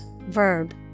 verb